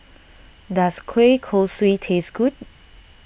does Kueh Kosui taste good